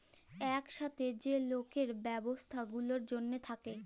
ইকসাথে যে লকের ব্যবছা গুলার জ্যনহে থ্যাকে